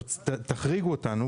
תחריגו אותנו.